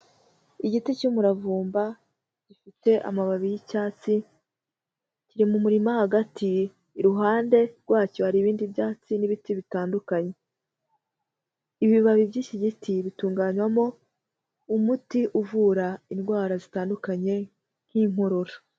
Igiti cy'umuravumba gifite amababi y'icyatsi, kiri mu murima hagati, iruhande rwacyo hari ibindi byatsi n'ibiti bitandukanye. Ibibabi by'iki giti bitunganywamo umuti uvura indwara zitandukanye nk'inkorora.